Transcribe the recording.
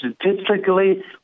statistically